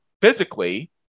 physically